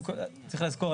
צריך לזכור,